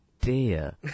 dear